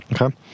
Okay